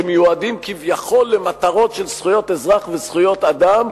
שמיועדים כביכול למטרות של זכויות אזרח וזכויות אדם,